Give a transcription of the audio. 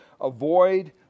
Avoid